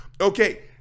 Okay